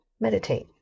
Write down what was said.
Meditate